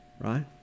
right